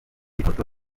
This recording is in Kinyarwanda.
ifoto